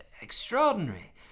extraordinary